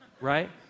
right